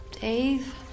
Dave